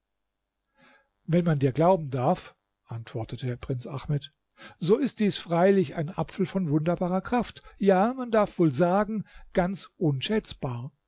wenn man dir glauben darf antwortete der prinz ahmed so ist dies freilich ein apfel von wunderbarer kraft ja man darf wohl sagen ganz unschätzbar